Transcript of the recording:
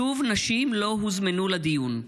שוב נשים לא הוזמנו לדיון.